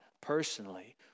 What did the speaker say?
personally